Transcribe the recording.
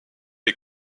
est